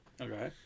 Okay